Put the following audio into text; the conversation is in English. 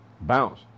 Bounce